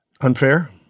Unfair